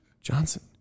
Johnson